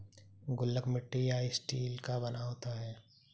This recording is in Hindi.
गुल्लक मिट्टी या स्टील का बना होता है